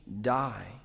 die